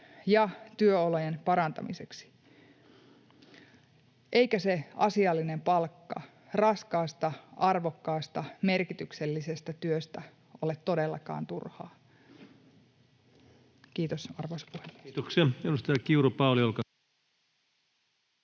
ja työolojen parantamiseksi. Eikä se asiallinen palkka raskaasta, arvokkaasta, merkityksellisestä työstä ole todellakaan turhaa. — Kiitos, arvoisa puhemies. Kiitoksia.